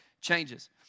changes